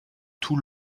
tout